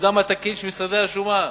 ותפקודם התקין של משרדי השומה.